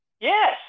Yes